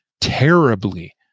terribly